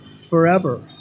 forever